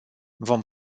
vom